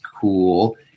cool